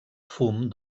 fum